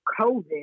COVID